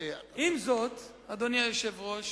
עם זאת, אדוני היושב-ראש